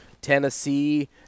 Tennessee